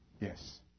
Yes